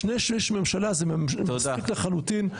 שני שליש בממשלה זה מספיק לחלוטין,